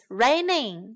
raining